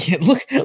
Look